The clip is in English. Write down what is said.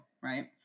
right